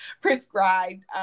Prescribed